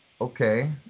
okay